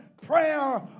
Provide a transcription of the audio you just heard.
prayer